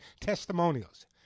testimonials